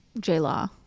J-Law